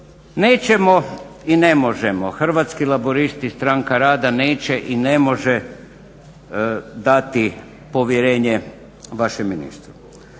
nećemo i ne možemo Hrvatski laburisti-Stranka rada neće i ne može dati povjerenje vašem ministru.